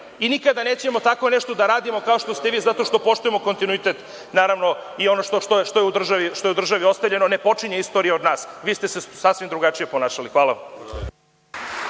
i nikada nećemo tako nešto da radimo kao što ste vi, zato što poštujem kontinuitet, naravno, ono što je u državi ostavljeno, ne počinje istorija od nas, vi ste se sasvim drugačiji ponašali. Hvala